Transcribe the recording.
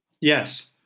Yes